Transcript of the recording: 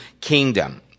kingdom